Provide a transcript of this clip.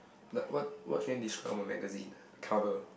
like what what can you describe about magazine cover